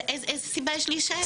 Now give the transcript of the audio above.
איזה סיבה יש להישאר?